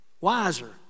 wiser